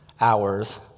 hours